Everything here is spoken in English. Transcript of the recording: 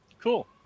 Cool